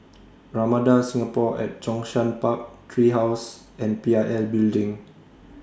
Ramada Singapore At Zhongshan Park Tree House and P I L Building